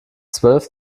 zwölf